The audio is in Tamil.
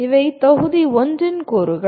இவை தொகுதி 1 இன் கூறுகள்